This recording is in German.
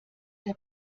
der